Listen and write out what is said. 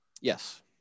Yes